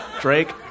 Drake